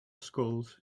schools